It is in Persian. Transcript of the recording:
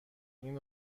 این